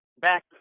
back